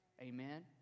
amen